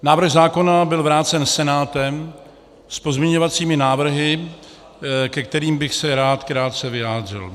Návrh zákona byl vrácen Senátem s pozměňovacími návrhy, ke kterým bych se rád krátce vyjádřil.